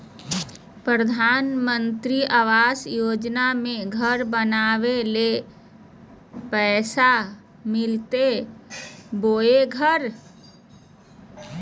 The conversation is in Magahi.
प्रधानमंत्री आवास योजना में घर बनावे ले पैसा मिलते बोया घर?